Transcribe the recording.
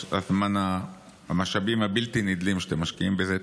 הזמן והמשאבים הבלתי-נדלים שאתם משקיעים בזה.